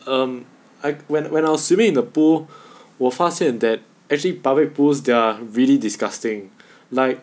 um I went when I was swimming in the pool 我发现 that actually public pools they are really disgusting like